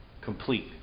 complete